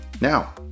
now